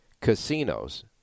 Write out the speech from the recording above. casinos